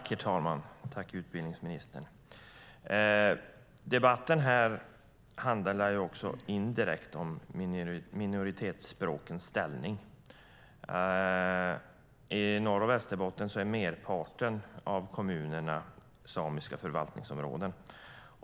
Herr talman! Jag tackar utbildningsministern. Indirekt handlar den här debatten om minoritetsspråkens ställning. I Norr och Västerbotten är merparten av kommunerna samiska förvaltningsområden.